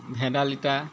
ভেদাইলতা